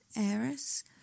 heiress